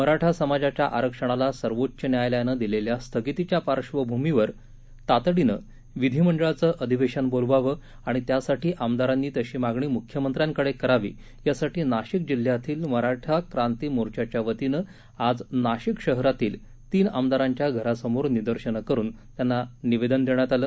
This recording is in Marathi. मराठा समाजाच्या आरक्षणाला सर्वोच्च न्यायालयाने दिलेल्या स्थगितीच्या पार्श्वभूमीवर तातडीने विधी मंडळाचे अधिवेशन बोलवावे आणि त्यासाठी आमदारांनी तशी मागणी मुख्यमंत्र्यांकडे करावी यासाठी नाशिक जिल्ह्यातील मराठा क्रांती मोर्चाच्या वतीने आज नाशिक शहरातील तीन आमदारांच्या घरासमोर निदर्शने करून त्यांना निवेदन देण्यात आले